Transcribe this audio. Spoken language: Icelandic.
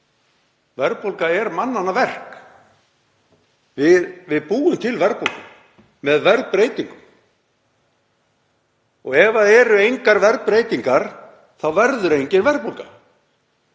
Verðbólga er mannanna verk. Við búum til verðbólgu með verðbreytingum. Ef það eru engar verðbreytingar þá verður engin verðbólga.